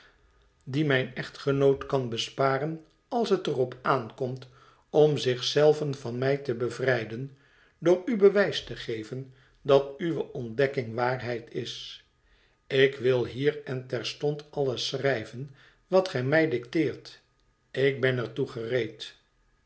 t mijn echtgenoot kan besparen als heter op aankomt om zich zei ven van mij te bevrijden door u bewijs te geven dat uwe ontdekking waarheid is ik wil hier en terstond alles schrijven wat gij mij dicteert ik ben er toe gereed